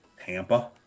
Tampa